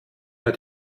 mir